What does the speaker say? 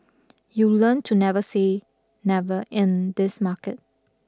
you learn to never say never in this market